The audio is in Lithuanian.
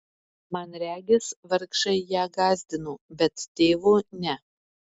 man regis vargšai ją gąsdino bet tėvo ne